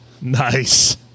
Nice